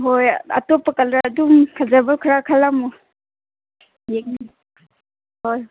ꯍꯣꯏ ꯑꯇꯣꯞꯄ ꯀꯂꯔ ꯑꯗꯨꯝ ꯐꯖꯕ ꯈꯔ ꯈꯜꯂꯝꯃꯨ ꯍꯣꯏ